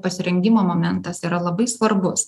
pasirengimo momentas yra labai svarbus